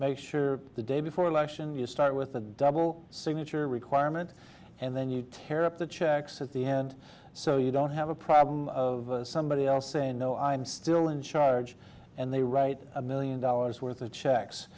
make sure the day before election you start with a double signature requirement and then you tear up the checks at the end so you don't have a problem of somebody else saying no i'm still in charge and they write a million dollars worth of